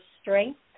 strength